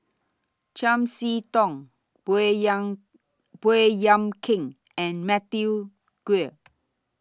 Chiam See Tong Baey Yam Baey Yam Keng and Matthew Ngui